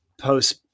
post